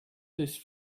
these